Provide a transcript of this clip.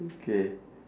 okay